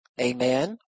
Amen